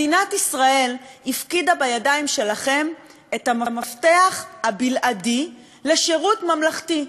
מדינת ישראל הפקידה בידיים שלכם את המפתח הבלעדי לשירות ממלכתי,